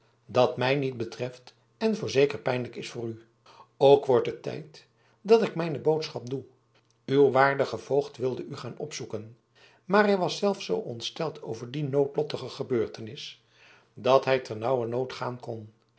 dat mij niet betreft en voorzeker pijnlijk is voor u ook wordt het tijd dat ik mijne boodschap doe uw waardige voogd wilde u gaan opzoeken maar hij was zelf zoo ontsteld over die noodlottige gebeurtenis dat hij ternauwernood gaan kon